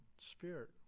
spirit